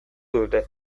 dute